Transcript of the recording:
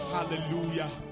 Hallelujah